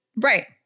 Right